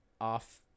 off